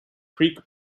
creek